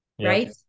right